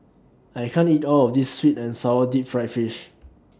I can't eat All of This Sweet and Sour Deep Fried Fish